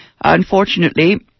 Unfortunately